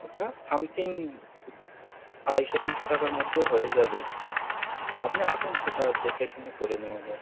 ওটা সামথিং আড়াইশো তিনশো টাকার মধ্যে হয়ে যাবে আপনি আসুন সেটা দেখে শুনে করে নেওয়া যাবে